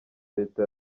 leta